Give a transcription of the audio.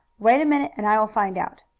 wait a minute and i will find out.